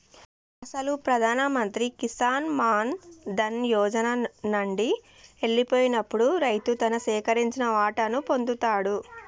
అసలు ప్రధాన మంత్రి కిసాన్ మాన్ ధన్ యోజన నండి ఎల్లిపోయినప్పుడు రైతు తను సేకరించిన వాటాను పొందుతాడు